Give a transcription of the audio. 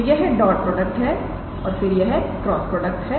तो यह dot product है और फिर यह क्रॉस प्रोडक्ट है